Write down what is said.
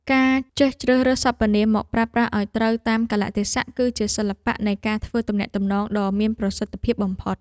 ការចេះជ្រើសរើសសព្វនាមមកប្រើប្រាស់ឱ្យត្រូវតាមកាលៈទេសៈគឺជាសិល្បៈនៃការធ្វើទំនាក់ទំនងដ៏មានប្រសិទ្ធភាពបំផុត។